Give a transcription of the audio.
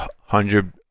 hundred